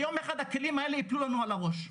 יום אחד הכלים האלה יפלו לנו על הראש.